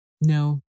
No